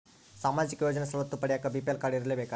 ಸಾಮಾಜಿಕ ಯೋಜನೆ ಸವಲತ್ತು ಪಡಿಯಾಕ ಬಿ.ಪಿ.ಎಲ್ ಕಾಡ್೯ ಇರಬೇಕಾ?